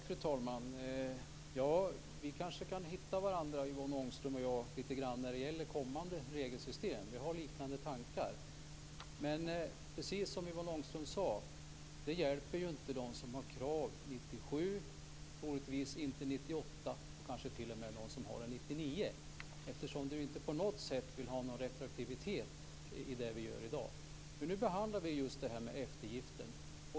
Fru talman! Ja, vi kanske kan hitta varandra, Yvonne Ångström och jag, när det gäller kommande regelsystem. Vi har liknande tankar. Men, precis som Yvonne Ångström sade, hjälper det inte dem som har krav för 1997, troligtvis inte för 1998 och kanske inte ens de som har krav för 1999, eftersom du inte på något sätt vill ha någon retroaktivitet i det vi gör i dag. Nu behandlar vi just eftergifter.